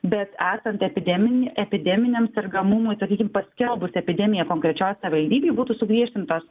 bet esant epideminei epideminiam sergamumui sakykim paskelbus epidemiją konkrečioj savivaldybėj būtų sugriežtintos